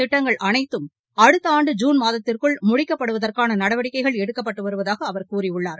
திட்டங்கள் அனைத்தும் அடுத்த ஆண்டு ஜூன் மாதத்திற்குள் முடிக்கப்படுவதற்கான இந்த நடவடிக்கைகள் எடுக்கப்பட்டு வருவதாக அவர் கூறியுள்ளார்